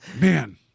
man